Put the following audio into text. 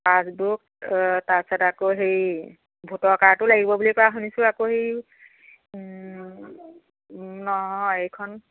passbook তাৰপিছত আকৌ সেই ভোটৰ কাৰ্ডটো লাগিব বুলি কোৱা শুনিছোঁ আকৌ সেই ন এইখন